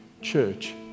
church